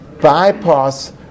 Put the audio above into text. bypass